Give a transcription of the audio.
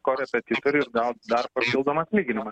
korepetitoriu ir dar papildomą lyginimą